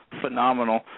phenomenal